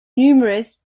numerous